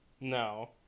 No